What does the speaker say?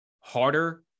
harder